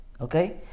okay